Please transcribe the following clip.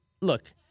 look